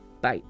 Bye